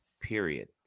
period